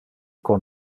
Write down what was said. con